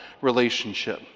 relationship